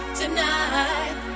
tonight